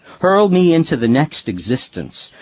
hurl me into the next existence,